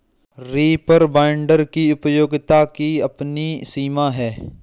reaper binder की उपयोगिता की अपनी सीमा है